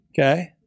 Okay